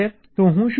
તો હું શું કરું